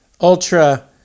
ultra